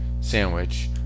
sandwich